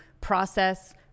process